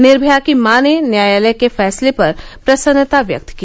निर्मया की मॉ ने न्यायालय के फैसले पर प्रसन्नता व्यक्त की